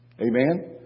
Amen